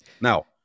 Now